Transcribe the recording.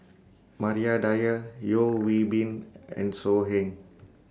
Maria Dyer Yeo Hwee Bin and So Heng